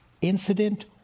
incident